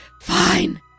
fine